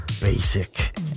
basic